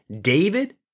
David